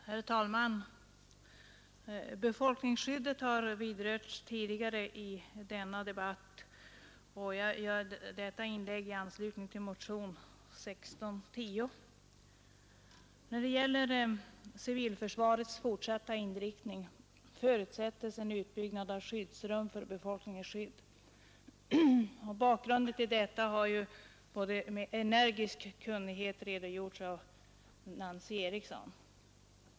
Herr talman! Frågan om befolkningsskyddet har vidrörts tidigare i denna debatt; jag gör detta inlägg i anslutning till motionen 1610. När det gäller civilförsvarets fortsatta inriktning förutsätts en utbyggnad av skyddsrum för befolkningen. För bakgrunden till detta har Nancy Eriksson redogjort med energisk kunnighet.